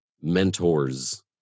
Mentors